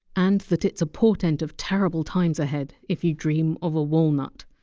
and that it! s a portent of terrible times ahead if you dream of a walnut.